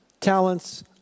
talents